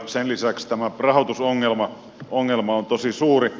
sen lisäksi tämä rahoitusongelma on tosi suuri